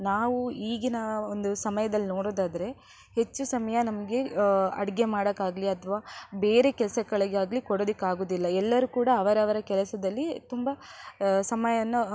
ನಾವು ಈಗಿನ ಒಂದು ಸಮಯದಲ್ಲಿ ನೋಡುವುದಾದ್ರೆ ಹೆಚ್ಚು ಸಮಯ ನಮಗೆ ಅಡಿಗೆ ಮಾಡೋಕಾಗಲಿ ಅಥವಾ ಬೇರೆ ಕೆಲಸಗಳಿಗಾಗ್ಲಿ ಕೊಡುವುದಿಕ್ಕಾಗೋದಿಲ್ಲ ಎಲ್ಲರೂ ಕೂಡ ಅವರವರ ಕೆಲಸದಲ್ಲಿ ತುಂಬ ಸಮಯವನ್ನು